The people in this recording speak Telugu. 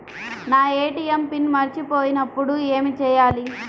నా ఏ.టీ.ఎం పిన్ మరచిపోయినప్పుడు ఏమి చేయాలి?